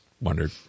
wondered